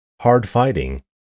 hard-fighting